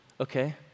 okay